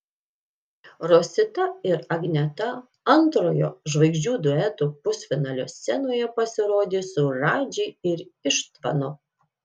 rosita ir agneta antrojo žvaigždžių duetų pusfinalio scenoje pasirodys su radži ir ištvanu